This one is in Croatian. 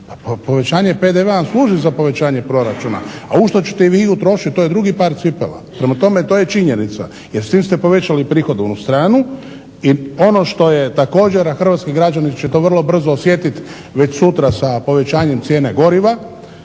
Pa povećanje PDV-a služi za povećanje proračuna, a u što ćete vi ih utrošiti to je drugi par cipela. Prema tome, to je činjenica jer s tim ste povećali prihodovnu stranu. I ono što je također a hrvatski građani će to vrlo brzo osjetiti već sutra sa povećanjem cijene goriva